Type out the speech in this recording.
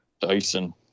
dyson